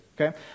okay